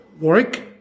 work